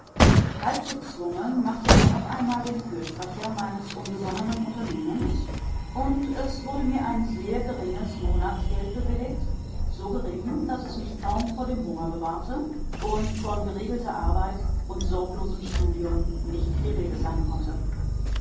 müsse halbgezwungen machte er noch einmal den fürsprecher meines unbesonnenen unternehmens und es wurde mir ein sehr geringes monatsgeld bewilligt so gering daß es mich kaum vor dem hunger bewahrte und von geregelter arbeit und sorglosem studium nicht die rede sein konnte